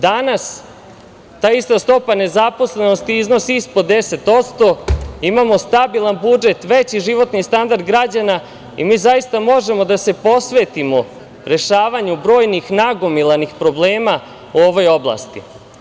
Danas ta ista stopa nezaposlenosti iznosi ispod 10%, imao stabilan budžet, veći životni standard građana i mi zaista možemo da se posvetimo rešavanju brojnih nagomilanih problema u ovoj oblasti.